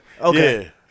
Okay